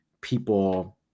people